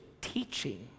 teaching